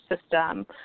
system